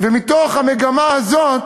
ומתוך המגמה הזאת,